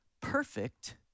perfect